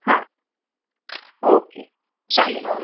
हां ओके चालेल